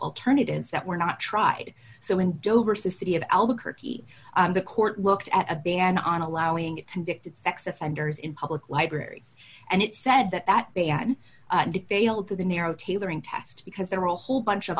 alternatives that were not tried so in dover society of albuquerque the court looked at a ban on allowing convicted sex offenders in public library and it said that they had failed to the narrow tailoring test because there are a whole bunch of